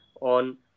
on